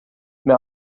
mehr